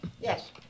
Yes